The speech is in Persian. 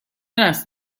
است